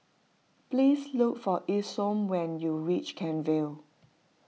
please look for Isom when you reach Kent Vale